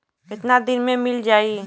कितना दिन में मील जाई?